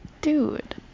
dude